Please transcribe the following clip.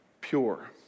pure